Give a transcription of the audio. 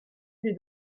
lui